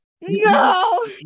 No